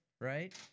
Right